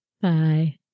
Bye